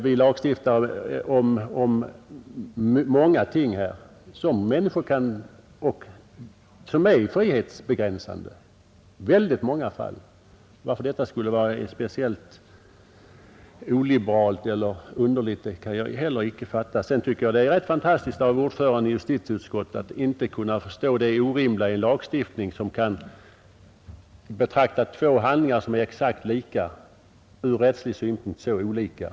Vi lagstiftar om många ting här, som är frihetsbegränsande i väldigt många fall. Varför detta skulle vara speciellt oliberalt eller underligt kan jag heller icke fatta. Vidare tycker jag det är rätt fantastiskt av ordföranden i justitieutskottet att inte kunna förstå det orimliga i en lagstiftning som kan bedöma två handlingar, som är exakt lika ur rättslig synpunkt, så olika.